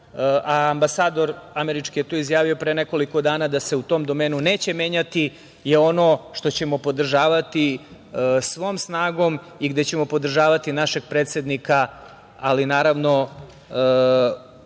a ambasador američki je tu izjavio pre nekoliko dana da se u tom domenu neće menjati, je ono što ćemo podržavati svom snagom i gde ćemo podržavati našeg predsednika u svakom